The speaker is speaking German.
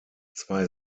zwei